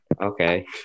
Okay